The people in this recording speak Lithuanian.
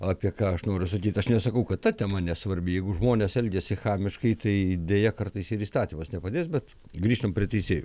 apie ką aš noriu sakyt aš nesakau kad ta tema nesvarbi jeigu žmonės elgiasi chamiškai tai deja kartais ir įstatymas nepadės bet grįžtam prie teisėjų